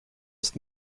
ist